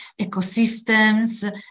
ecosystems